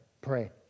Pray